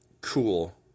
Cool